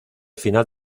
final